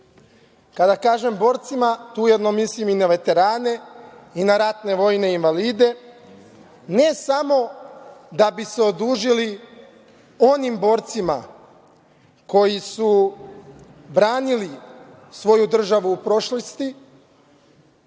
Kada kažem borcima, tu ujedno mislim i na veterane i na ratne vojne invalide. Ne samo da bi se odužili onim borcima koji su branili svoju državu u prošlosti,